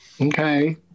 Okay